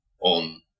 on